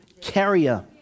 carrier